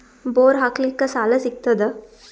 Bore ಹಾಕಲಿಕ್ಕ ಸಾಲ ಸಿಗತದ?